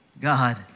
God